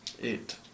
Eight